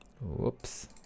Whoops